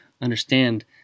understand